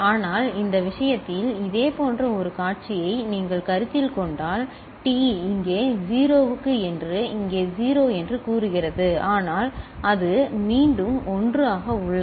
ஆனால் இந்த விஷயத்தில் இதேபோன்ற ஒரு காட்சியை நீங்கள் கருத்தில் கொண்டால் T இங்கே 0 க்கு என்று இங்கே 1 என்று கூறுகிறது ஆனால் அது மீண்டும் 1 ஆக உள்ளது